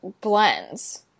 blends